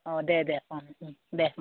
अ दे दे अ दे